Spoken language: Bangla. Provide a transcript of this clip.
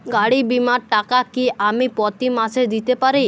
গাড়ী বীমার টাকা কি আমি প্রতি মাসে দিতে পারি?